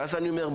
ואני שואל,